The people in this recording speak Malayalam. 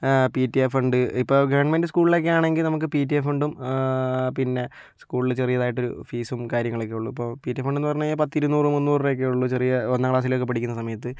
പി ടി എ ഫണ്ട് ഇപ്പോൾ ഗവൺമെൻ്റ് സ്കൂളിലൊക്കെയാണെങ്കിൽ നമ്മൾക്ക് പി ടി എ ഫണ്ടും പിന്നെ സ്കൂളിൽ ചെറിയതായിട്ട് ഫീസും കാര്യങ്ങളൊക്കെ ഉള്ളൂ ഇപ്പോൾ പി ടി എ ഫണ്ടെന്നു പറഞ്ഞ് കഴിഞ്ഞാൽ പത്തിരുന്നൂറ് മുന്നൂറ് രൂപയൊക്കെയെ ഉള്ളൂ ചെറിയ ഒന്നാം ക്ലാസിലൊക്കെ പഠിക്കുന്ന സമയത്ത്